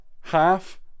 half